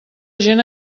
gent